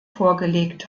vorgelegt